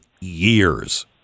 years